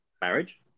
Marriage